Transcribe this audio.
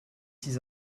six